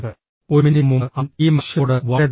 ഒരു മിനിറ്റ് മുമ്പ് അവൻ ഈ മനുഷ്യനോട് വളരെ ദേഷ്യപ്പെട്ടു